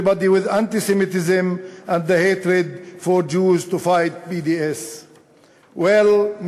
with antisemitism and the hatred for Jews to fight BDS. Well,